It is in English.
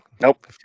Nope